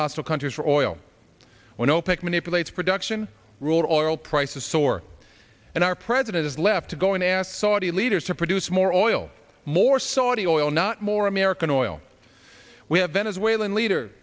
hostile countries for oil when opec manipulates production rules or old prices soar and our president is left to go and ask saudi leaders to produce more oil more saudi oil not more american oil we have venezuelan leader